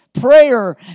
Prayer